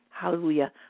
Hallelujah